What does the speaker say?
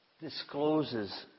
discloses